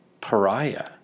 pariah